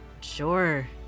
Sure